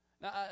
Now